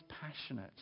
passionate